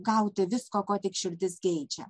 gauti visko ko tik širdis geidžia